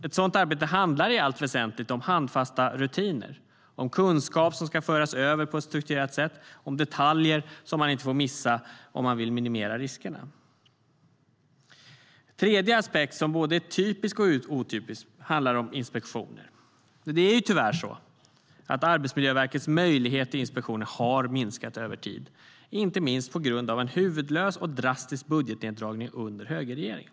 Ett sådant handlar i allt väsentligt om handfasta rutiner, om kunskap som ska föras över på ett strukturerat sätt och om detaljer som inte får missas om man vill minimera riskerna. En tredje aspekt som både är typisk och otypisk handlar om inspektioner. Arbetsmiljöverkets möjlighet till inspektioner har tyvärr minskat över tid, inte minst på grund av en huvudlös och drastisk budgetneddragning under högerregeringen.